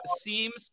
seems